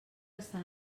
estan